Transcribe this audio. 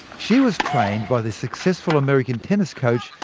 she was trained by the successful american tennis coach,